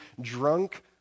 drunk